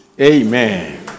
amen